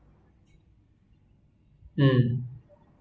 um